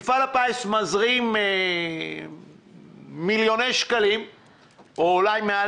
מפעל הפיס מזרים מיליוני שקלים או אולי מעל